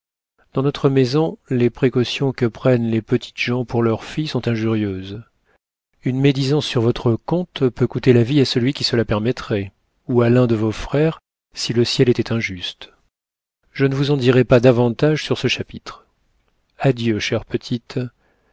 dans notre maison les précautions que prennent les petites gens pour leurs filles sont injurieuses une médisance sur votre compte peut coûter la vie à celui qui se la permettrait ou à l'un de vos frères si le ciel était injuste je ne vous en dirai pas davantage sur ce chapitre adieu chère petite